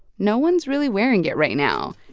no one's really wearing it right now.